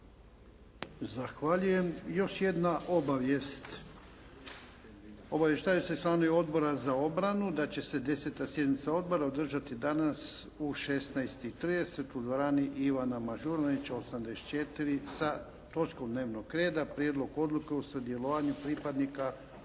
Zahvaljujem. Još jedna obavijest. Obavještavaju se članovi Odbora za obranu, da će se 10. sjednica održati danas u 16,30 u dvorani Ivana Mažuranića 84. sa točkom dnevnog reda, "Prijedlog odluke o sudjelovanju pripadnika